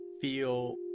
feel